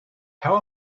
how